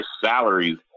salaries